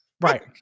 Right